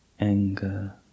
anger